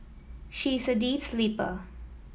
she is a deep sleeper